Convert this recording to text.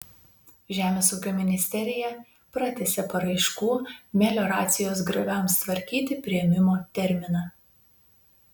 žemės ūkio ministerija pratęsė paraiškų melioracijos grioviams tvarkyti priėmimo terminą